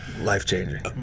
life-changing